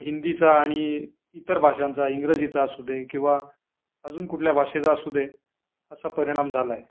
हिंदीचा आणि इतर भाषांचा इंग्रजीचा असू दे किंवा अजून कुठल्या भाषेचा असू दे असा परिणाम झाला आहे